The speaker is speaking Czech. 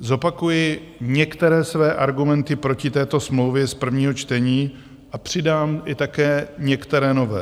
Zopakuji některé své argumenty proti této smlouvě z prvního čtení a přidám i také některé nové.